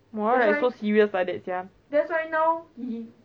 why so serious like that sia